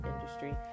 industry